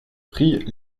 prit